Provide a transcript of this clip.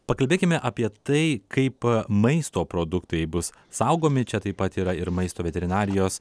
pakalbėkime apie tai kaip maisto produktai bus saugomi čia taip pat yra ir maisto veterinarijos